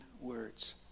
words